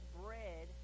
bread